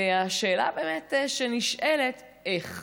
והשאלה שנשאלת: איך?